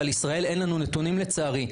ועל ישראל אין לנו נתונים לצערי,